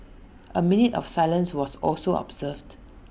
A minute of silence was also observed